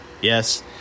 Yes